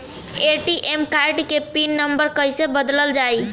ATM card के pin number कईसे बदलल जाई?